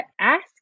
ask